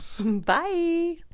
Bye